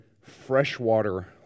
freshwater